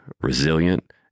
resilient